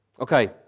Okay